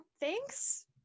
Thanks